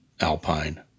Alpine